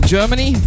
Germany